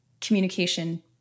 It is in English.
communication